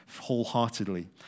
wholeheartedly